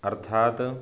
अर्थात्